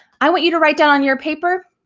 i want you to write down on your paper